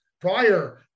prior